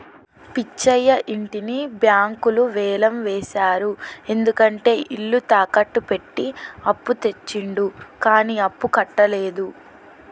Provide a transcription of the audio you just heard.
పిచ్చయ్య ఇంటిని బ్యాంకులు వేలం వేశారు ఎందుకంటే ఇల్లు తాకట్టు పెట్టి అప్పు తెచ్చిండు కానీ అప్పుడు కట్టలేదు